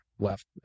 left